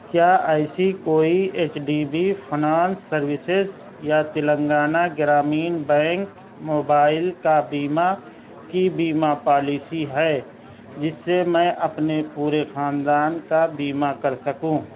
کیا ایسی کوئی H D B finance services یا تلنگانہ گرامین بینک موبائل کا بیمہ کی بیمہ پالیسی ہے جس سے میں اپنے پورے خاندان کا بیمہ کر سکوں